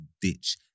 ditch